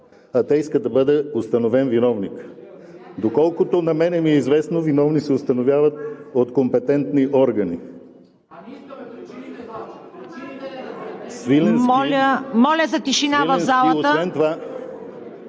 а те искат да бъде установен виновникът. Доколкото на мен ми е известно, виновни се установяват от компетентни органи. ГЕОРГИ СВИЛЕНСКИ